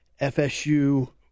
FSU